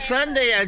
Sunday